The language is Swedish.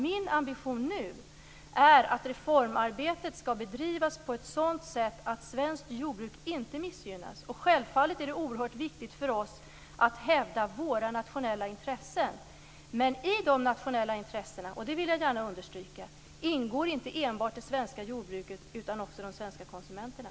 Min ambition nu är att reformarbetet skall bedrivas på ett sådant sätt att svenskt jordbruk inte missgynnas. Självfallet är det oerhört viktigt för oss att hävda våra nationella intressen. I de nationella intressena - det vill jag gärna understryka - ingår inte enbart det svenska jordbruket, utan också de svenska konsumenterna.